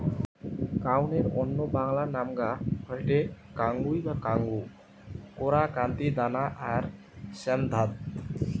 কাউনের অন্য বাংলা নামগা হয়ঠে কাঙ্গুই বা কাঙ্গু, কোরা, কান্তি, দানা আর শ্যামধাত